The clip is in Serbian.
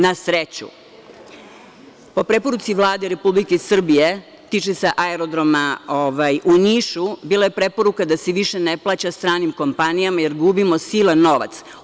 Na sreću, po preporuci Vlade Republike Srbije, tiče se Aerodroma u Nišu, bila je preporuka da se više ne plaća stranim kompanijama, jer gubimo silan novac.